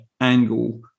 angle